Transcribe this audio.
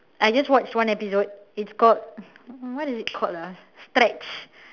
I just watched one episode it's called what is it called ah stretch